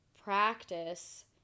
practice